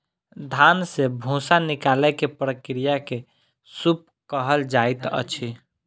धान से भूस्सा निकालै के प्रक्रिया के सूप कहल जाइत अछि